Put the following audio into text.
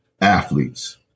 athletes